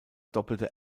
doppelte